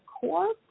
core